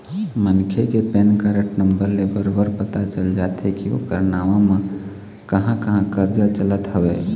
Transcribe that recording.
मनखे के PAN card number ले बरोबर पता चल जाथे के ओखर नांव म कहाँ कहाँ करजा चलत हवय